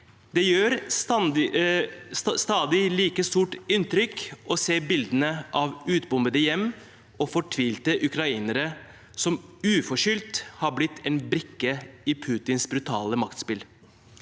Det gjør stadig like stort inntrykk å se bildene av utbombede hjem og fortvilte ukrainere som uforskyldt har blitt en brikke i Putins brutale maktspill.